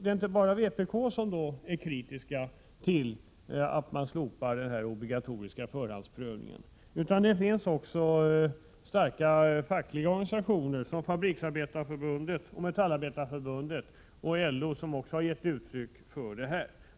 Det är inte bara vpk som är kritiskt mot att den obligatoriska förhandsprovningen slopas, utan också starka fackliga organisationer, t.ex. Fabriksarbetareförbundet, Metallindustriarbetareförbundet och LO, har gett uttryck för kritik.